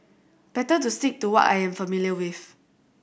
better to stick to what I am familiar with